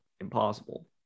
impossible